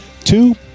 Two